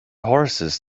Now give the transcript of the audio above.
horses